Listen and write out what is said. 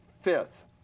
fifth